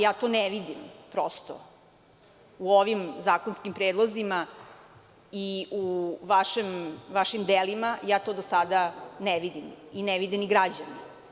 Ja to ne vidim, prosto, u ovim zakonskim predlozima i u vašim delima, ja to do sada ne vidim i ne vide ni građani.